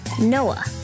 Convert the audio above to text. Noah